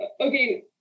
okay